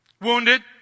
wounded